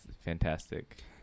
fantastic